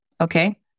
okay